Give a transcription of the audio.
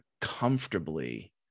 comfortably